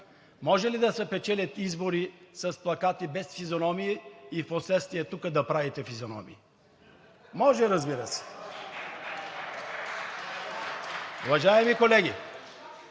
Може ли да се печелят избори с плакати без физиономии и впоследствие тук да правите физиономии? Може, разбира се. (Ръкопляскания